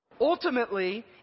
Ultimately